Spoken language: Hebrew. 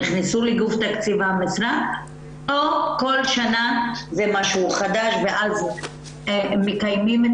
נכנסו לגוף תקציב המשרד או כל שנה זה משהו חדש ואז מקיימים את